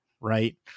Right